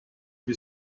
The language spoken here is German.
wir